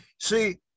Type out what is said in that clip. See